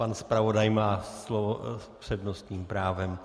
Pan zpravodaj má slovo s přednostním právem.